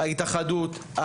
ההתאחדות,